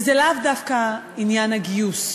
וזה לאו דווקא עניין הגיוס.